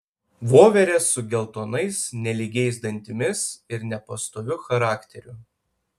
voverę su geltonais nelygiais dantimis ir nepastoviu charakteriu